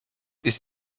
ist